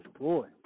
boy